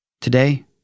Today